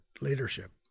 leadership